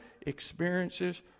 experiences